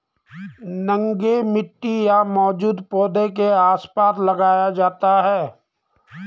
नंगे मिट्टी या मौजूदा पौधों के आसपास लगाया जाता है